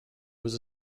was